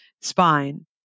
spine